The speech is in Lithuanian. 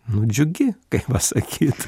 nu džiugi kaip pasakyt